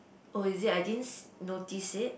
oh is it I didn't notice it